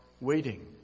waiting